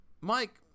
Mike